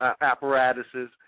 apparatuses